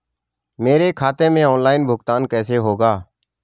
मेरे खाते में ऑनलाइन भुगतान कैसे होगा?